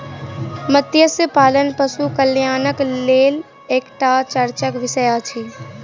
मत्स्य पालन पशु कल्याणक लेल एकटा चर्चाक विषय अछि